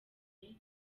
mbonyi